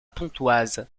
pontoise